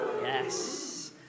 Yes